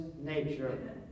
nature